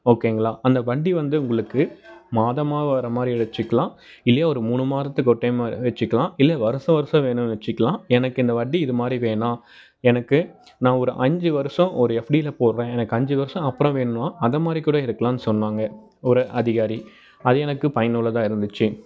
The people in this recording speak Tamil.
ஓகேங்களா அந்த வட்டி வந்து உங்களுக்கு மாதமாக வர மாரி வச்சுக்குலாம் இல்லையா ஒரு மூணு மாதத்துக்கு ஒரு டைம் வச்சுக்குலாம் இல்லையா வருஷ வருஷம் வேணும் வச்சுக்குலாம் எனக்கு இந்த வட்டி இது மாதிரி வேணா எனக்கு நான் ஒரு அஞ்சு வருஷம் ஒரு எஃப்டியில போடுறேன் எனக்கு அஞ்சு வருஷம் அப்புறம் வேணுன்னா அத மாரிக் கூட எடுக்கலாம்னு சொன்னாங்க ஒரு அதிகாரி அது எனக்குப் பயனுள்ளதாக இருந்துச்சு